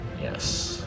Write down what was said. yes